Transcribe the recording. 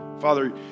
Father